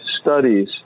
studies